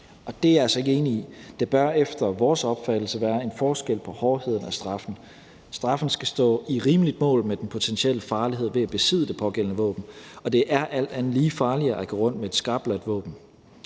det er jeg altså ikke enig i. Der bør efter vores opfattelse være en forskel på hårdheden af straffen. Straffen skal stå i rimeligt mål med den potentielle farlighed ved at besidde det pågældende våben, og det er alt andet lige farligere at gå rundt med et skarpladt våben.